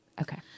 Okay